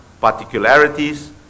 particularities